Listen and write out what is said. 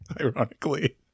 Ironically